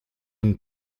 une